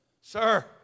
Sir